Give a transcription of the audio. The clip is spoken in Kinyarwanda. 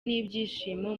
n’ibyishimo